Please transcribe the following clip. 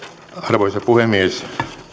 arvoisa puhemies